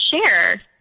share